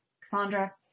cassandra